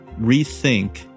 rethink